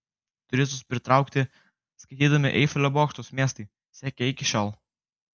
turistus pritraukti statydami eifelio bokštus miestai siekia iki šiol